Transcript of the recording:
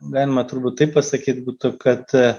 galima turbūt taip pasakyt būtų kad